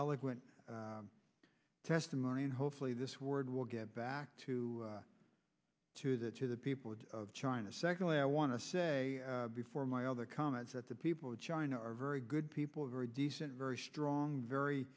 eloquent testimony and hopefully this word will get back to to the to the people of china secondly i want to say before my other comments that the people of china are very good people very decent very strong very